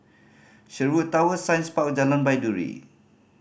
Sherwood Towers Science Park Jalan Baiduri